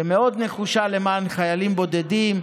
שמאוד נחושה למען חיילים בודדים,